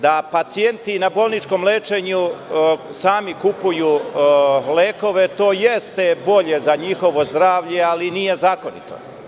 Da pacijenti na bolničkom lečenju sami kupuju lekove, to jeste bolje za njihovo zdravlje, ali nije zakonito.